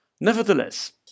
Nevertheless